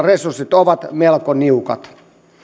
resurssit ovat melko niukat